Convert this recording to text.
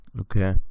Okay